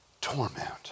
torment